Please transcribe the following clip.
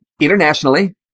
internationally